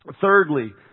Thirdly